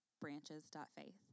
branches.faith